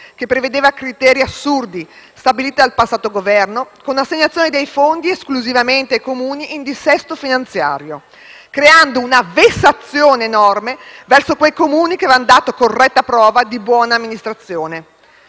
che prevedevano criteri assurdi, stabiliti dal passato Governo, con assegnazione dei fondi esclusivamente ai Comuni in dissesto finanziario, creando una vessazione enorme verso quei Comuni che avevano dato corretta prova di buona amministrazione.